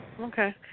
Okay